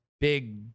big